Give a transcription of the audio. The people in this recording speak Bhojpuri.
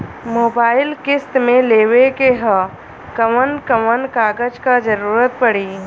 मोबाइल किस्त मे लेवे के ह कवन कवन कागज क जरुरत पड़ी?